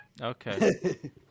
Okay